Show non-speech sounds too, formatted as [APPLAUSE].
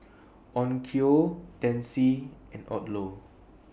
[NOISE] Onkyo Delsey and Odlo